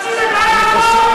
הפאשיזם לא יעבור.